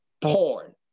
porn